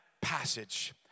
passage